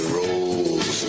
rolls